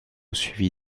suivi